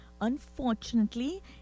Unfortunately